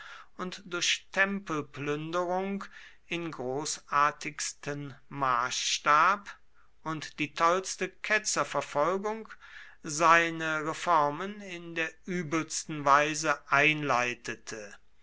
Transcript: und durch tempelplünderung im großartigsten maßstab und die tollste ketzerverfolgung seine reformen in der übelsten weise einleitete